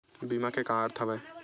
बीमा के का अर्थ हवय?